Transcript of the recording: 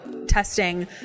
Testing